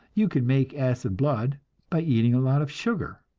you can make acid blood by eating a lot of sugar!